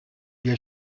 wir